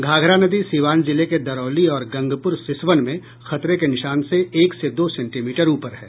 घाघरा नदी सीवान जिले के दरौली और गंगपुर सिसवन में खतरे के निशान से एक से दो सेंटीमीटर ऊपर है